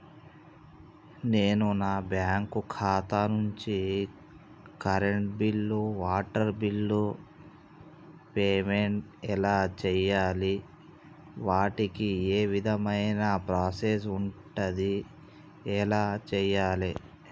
నేను నా బ్యాంకు ఖాతా నుంచి కరెంట్ బిల్లో వాటర్ బిల్లో పేమెంట్ ఎలా చేయాలి? వాటికి ఏ విధమైన ప్రాసెస్ ఉంటది? ఎలా చేయాలే?